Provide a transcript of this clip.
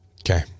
Okay